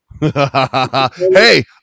Hey